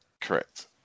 Correct